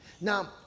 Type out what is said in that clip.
Now